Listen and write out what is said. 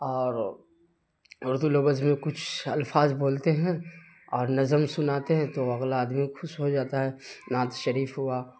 اور اردو لفظ میں کچھ الفاظ بولتے ہیں نہ اور نظم سناتے ہیں تو اگلا آدمی خوش ہو جاتا ہے نعت شریف ہوا